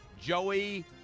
Joey